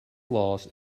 loss